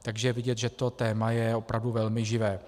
Takže je vidět, že to téma je opravdu velmi živé.